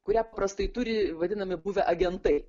kurią paprastai turi vadinami buvę agentai